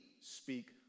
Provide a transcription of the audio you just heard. speak